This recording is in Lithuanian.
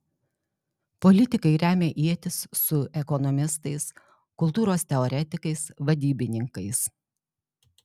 politikai remia ietis su ekonomistais kultūros teoretikais vadybininkais